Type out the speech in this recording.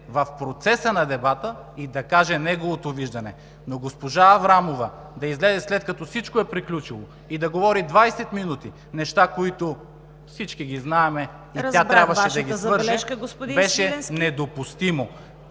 в процеса на дебата и да каже неговото виждане, но госпожа Аврамова да излезе, след като всичко е приключило, и да говори 20 минути неща, които всички знаем и тя трябваше да ги свърже, беше недопустимо.